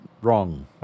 wrong